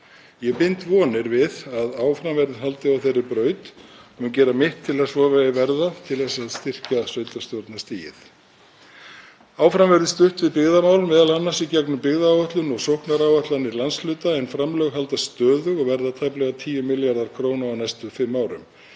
Ég bind vonir við að áfram verði haldið á þeirri braut og mun gera mitt til að svo megi verða til að styrkja sveitarstjórnarstigið. Áfram verður stutt við byggðamál, m.a. í gegnum byggðaáætlun og sóknaráætlanir landshluta en framlög haldast stöðug og verða tæplega 10 milljarðar kr. á næstu fimm árum.